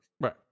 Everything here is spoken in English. Right